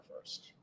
first